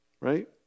Right